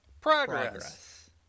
Progress